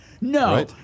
No